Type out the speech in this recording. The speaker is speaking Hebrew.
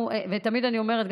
תמיד אני אומרת,